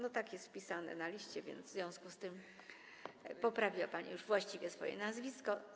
No tak jest napisane na liście, w związku z tym poprawia pani właściwie swoje nazwisko.